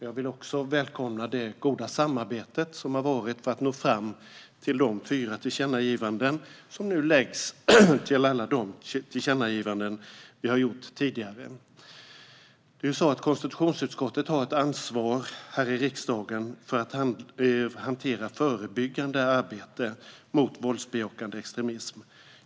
Jag välkomnar det goda samarbetet för att nå fram till de fyra tillkännagivanden som nu läggs till alla de tillkännagivanden som vi har gjort tidigare. Konstitutionsutskottet har ett ansvar här i riksdagen för att hantera förebyggande arbete mot våldsbejakande extremism.